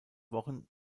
wochen